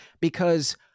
Because-